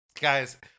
Guys